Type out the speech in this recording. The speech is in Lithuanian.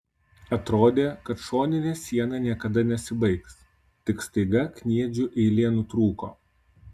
atrodė kad šoninė siena niekada nesibaigs tik staiga kniedžių eilė nutrūko